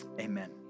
amen